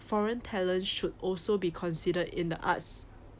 foreign talent should also be considered in the arts